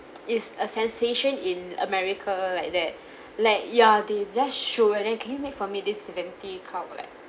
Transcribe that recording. is a sensation in america like that like ya they just show and then can you make for me this dainty cup like